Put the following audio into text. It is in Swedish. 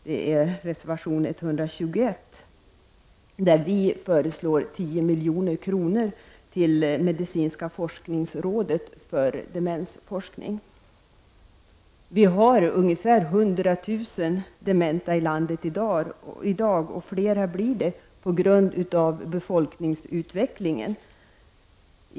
Det är reservation 121. Där föreslår vi i folkpartiet 10 milj.kr. till medicinska forskningsrådet för demensforskning. Det finns ungefär 100 000 dementa i landet i dag, och det blir fler på grund av befolkningsutvecklingen.